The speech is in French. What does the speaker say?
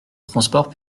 transport